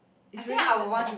it's really the